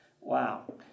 Wow